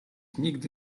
nigdy